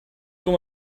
com